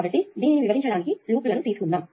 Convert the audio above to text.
కాబట్టి దీనిని వివరించడానికి లూప్ లను తీసుకుందాం